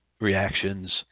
reactions